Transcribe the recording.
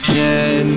ten